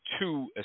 two